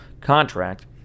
contract